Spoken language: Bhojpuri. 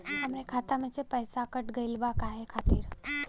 हमरे खाता में से पैसाकट गइल बा काहे खातिर?